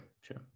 sure